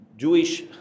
Jewish